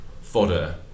fodder